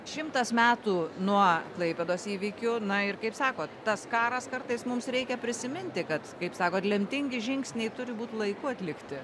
šimtas metų nuo klaipėdos įvykių na ir kaip sakot tas karas kartais mums reikia prisiminti kad kaip sakot lemtingi žingsniai turi būt laiku atlikti